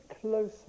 closer